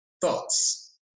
thoughts